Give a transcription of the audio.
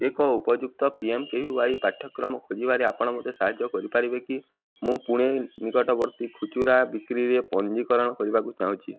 ଏକ ଉପଯୁକ୍ତ P M K V Y ପାଠ୍ୟକ୍ରମ ଖୋଜିବାରେ ଆପଣ ମୋତେ ସାହାଯ୍ୟ କରିପାରିବେ କି ମୁଁ ପୁଣେ ନିକଟବର୍ତ୍ତୀ ଖୁଚୁରା ବିକ୍ରିରେ ପଞ୍ଜୀକରଣ କରିବାକୁ ଚାହୁଁଛି